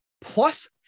plus